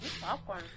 Popcorn